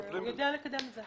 והוא יודע לקדם את זה.